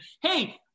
hey